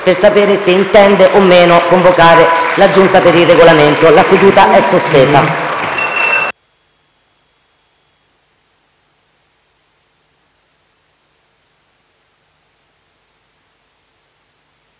per sapere se intenda o no convocare la Giunta per il Regolamento. *(La seduta, sospesa